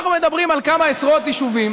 אנחנו מדברים על כמה עשרות יישובים